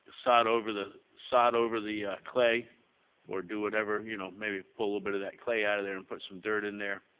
sod over the sod over the clay or do whatever, you know, maybe pull a little bit of that clay out of there and put some dirt in there,